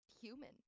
human